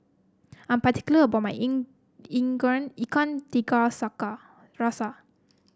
I'm particular about my ikan tiga saca rasa